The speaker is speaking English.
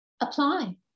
apply